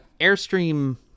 Airstream